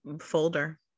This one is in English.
folder